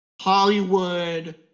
hollywood